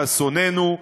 לאסוננו,